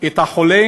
את החולה